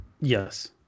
Yes